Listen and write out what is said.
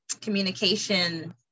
communication